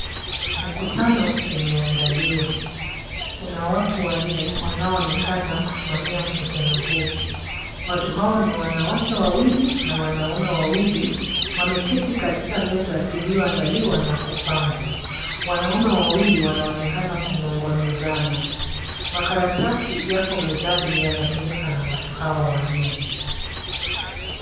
Mkutano umeandaliwa. Kuna watu wanne wanaoonekana kusimamia mkutano huu, watu hao ni wanawake wawili na wanaume wawili, wameketi katika meza iliyoandaliwa na kupambwa. Wanaume wawili wanaoneka kunong'onezana. Makaratasi yako mezani yanatumika kwa watu hawa wanne.